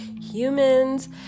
humans